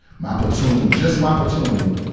my platoon, just my platoon,